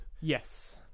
Yes